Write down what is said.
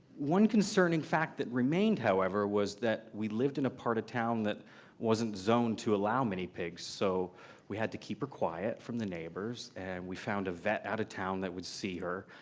one concerning fact that remained, however, was that we lived in a part of town that wasn't zoned to allow mini pigs, so we had to keep her quiet from the neighbors, and we found a vet out of town that would see her,